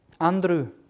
Andrew